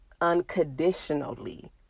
Unconditionally